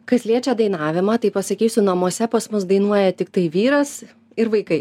kas liečia dainavimą tai pasakysiu namuose pas mus dainuoja tiktai vyras ir vaikai